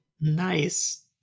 Nice